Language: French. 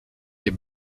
est